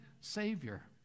Savior